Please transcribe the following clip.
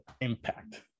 impact